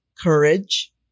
courage